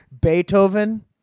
Beethoven